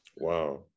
Wow